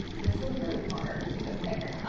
this is really hard to pick.